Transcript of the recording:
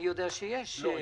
אני יודע שיש בעיה.